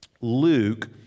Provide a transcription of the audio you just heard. Luke